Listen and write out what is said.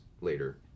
later